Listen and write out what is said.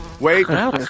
Wait